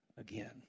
again